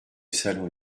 salon